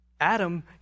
Adam